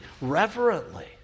reverently